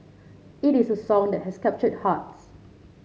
it is a song that has captured hearts